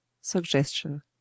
suggestion